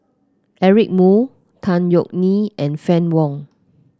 Eric Moo Tan Yeok Nee and Fann Wong